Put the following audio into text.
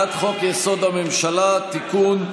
הצעת חוק-יסוד: הממשלה (תיקון,